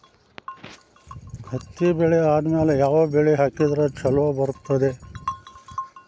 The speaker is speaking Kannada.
ಹತ್ತಿ ಬೆಳೆ ಆದ್ಮೇಲ ಯಾವ ಬೆಳಿ ಹಾಕಿದ್ರ ಛಲೋ ಬರುತ್ತದೆ?